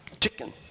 Chicken